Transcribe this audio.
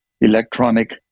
electronic